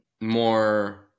more